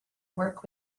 work